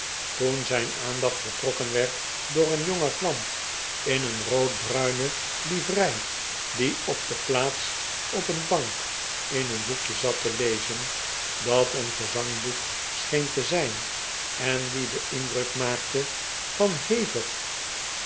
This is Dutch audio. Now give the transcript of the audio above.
toen zijn aandacht getrokken werd door een jongen kwant in een roodbruine livrei die op de plaats op een bank in een boekje zat te lezen dat een gezangboek scheen te zijn en die den indruk maakte van hevig